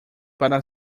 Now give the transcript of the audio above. para